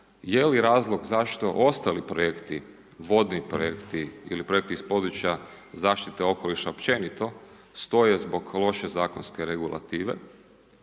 je li razlog zašto ostali projekti, vodni projekti, ili projekti iz područja zaštite okoliša općenito, stoje zbog loše zakonske regulative,